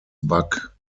buck